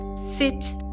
sit